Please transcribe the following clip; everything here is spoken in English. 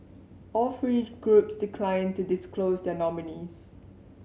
all three groups declined to disclose their nominees